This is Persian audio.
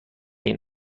این